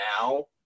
now